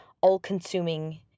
all-consuming